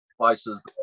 places